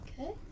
Okay